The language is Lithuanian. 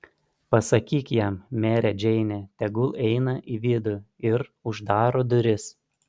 pasakyk jam mere džeine tegu eina į vidų ir uždaro duris